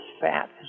fat